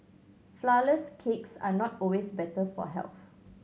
flourless cakes are not always better for health